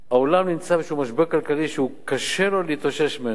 העולם נמצא באיזה משבר כלכלי שקשה לו להתאושש ממנו,